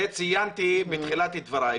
זה ציינתי בתחילת דבריי,